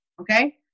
okay